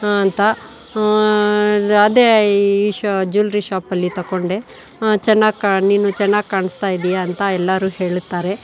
ಅಂತ ಅದೇ ಈ ಜ್ಯುವೆಲ್ರಿ ಶಾಪಲ್ಲಿ ತಗೊಂಡೆ ಚೆನ್ನಾಗಿ ಕಾ ನೀನು ಚೆನ್ನಾಗಿ ಕಾಣಿಸ್ತಾಯಿದ್ದೀಯ ಅಂತ ಎಲ್ಲರು ಹೇಳ್ತಾರೆ